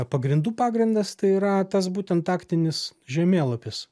pagrindų pagrindas tai yra tas būtent taktinis žemėlapis